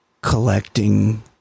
collecting